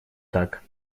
так